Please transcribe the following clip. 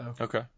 Okay